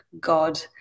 God